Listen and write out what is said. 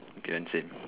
K ah same